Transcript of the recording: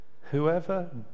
Whoever